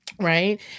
Right